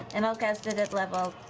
and i'll cast it at level